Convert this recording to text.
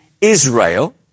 Israel